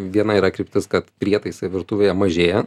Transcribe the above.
viena yra kryptis kad prietaisai virtuvėje mažėja